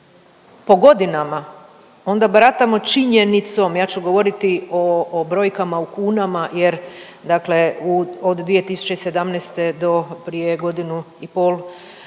po godinama onda baratamo činjenicom, ja ću govoriti o, o brojkama u kunama jer dakle od 2017. do prije godinu i pol